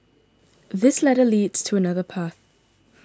this ladder leads to another path